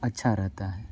अच्छा रहता है